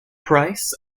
price